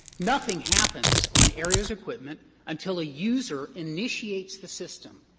nothing happens on aereo's equipment until a user initiates the system.